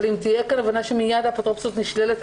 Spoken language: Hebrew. אבל אם תהיה הבנה שמיד האפוטרופסות נשללת,